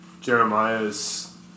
Jeremiah's